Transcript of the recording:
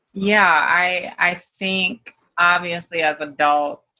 yeah. i i think obviously as adults,